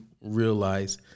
realize